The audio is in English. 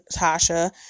Tasha